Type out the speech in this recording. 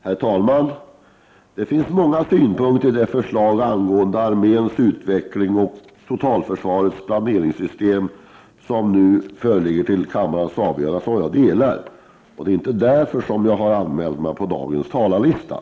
Herr talman! Det finns många synpunkter i det förslag angående arméns utveckling och totalförsvarets planeringssystem som nu föreligger till avgörande i kammaren, som jag delar. Det är dock inte därför jag har anmält mig till dagens talarlista.